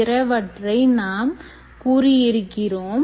பிறவற்றை நாம் கூறியிருக்கிறோம்